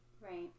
Right